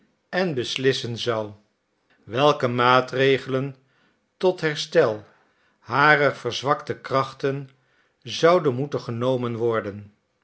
en beslissen zou welke maatregelen tot herstel harer verzwakte krachten zouden moeten genomen worden